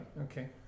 okay